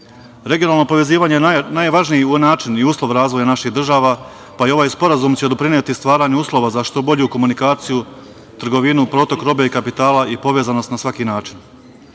povezivanje je najvažniji način i uslov razvoja naših država, pa i ovaj sporazum će doprineti stvaranju uslova za što bolju komunikaciju, trgovinu, protok robe i kapitala i povezanost na svaki